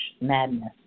madness